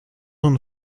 und